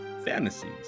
fantasies